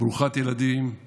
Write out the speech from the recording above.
ברוכת ילדים, אני